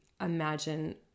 imagine